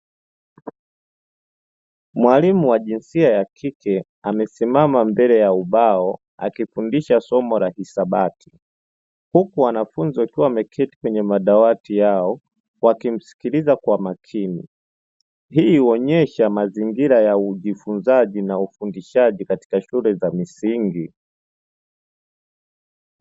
Mwalimu wa jinsia ya kike amesimama mbele ya ubao akifundisha somo la hisabati, huku wanafunzi wakiwa wameketi kwenye madawati yao wakimsikiliza kwa makini. Hii huonyesha mazingira ya ujifunzaji na ufundishaji katika shule za misingi.